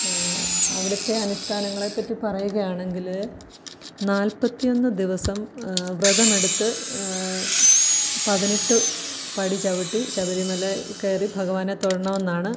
അവിടുത്തെ അനുഷ്ഠാനങ്ങളെ പറ്റി പറയുകയാണെങ്കിൽ നാല്പത്തിയൊന്ന് ദിവസം വ്രതമെടുത്ത് പതിനെട്ട് പടി ചവിട്ടി ശബരിമല കയറി ഭഗവാനെ തൊഴണം എന്നാണ്